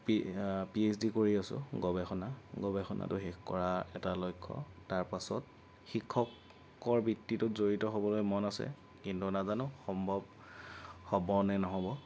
P H D কৰি আছোঁ গৱেষণা গৱেষণাটো শেষ কৰা এটা লক্ষ্য তাৰ পাছত শিক্ষকৰ বৃত্তিটোত জড়িত হ'বলৈ মন আছে কিন্তু নাজানো সম্ভৱ হ'ব নে নহ'ব